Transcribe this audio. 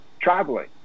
traveling